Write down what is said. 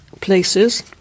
places